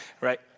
right